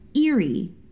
eerie